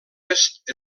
est